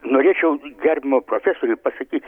norėčiau gerbiama profesoriui pasakyt